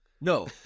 No